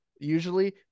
usually